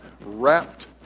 wrapped